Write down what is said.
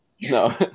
No